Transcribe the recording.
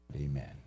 Amen